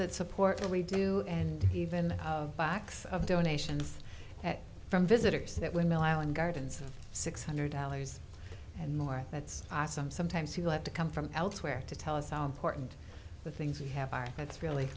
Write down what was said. that support what we do and even box of donations from visitors that windmill island gardens six hundred dollars and more that's awesome sometimes you have to come from elsewhere to tell us how important the things we have are it's really